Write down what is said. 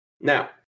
Now